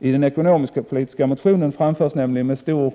I folkpartiets ekonomisk-politiska motion framförs nämligen med stor